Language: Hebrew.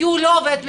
כי הוא לא עובד מדינה,